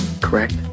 Correct